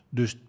dus